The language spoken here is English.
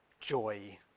joy